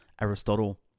Aristotle